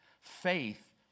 Faith